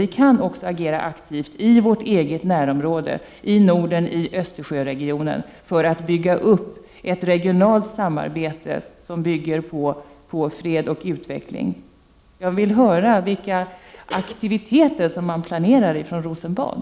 Vi kan också agera aktivt i vårt eget närområde — i Norden och kring Östersjön — för att bygga upp ett regionalt samarbete som bygger på fred och utveckling. Jag vill gärna höra vilka aktiviteter som man pianerar från Rosenbad.